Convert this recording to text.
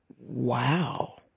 wow